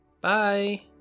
Bye